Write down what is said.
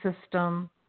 system